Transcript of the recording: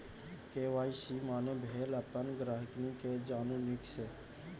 KYC माने भेल अपन गांहिकी केँ जानु नीक सँ